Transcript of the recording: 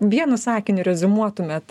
vienu sakiniu reziumuotumėt